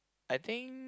I think